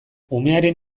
umearen